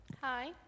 Hi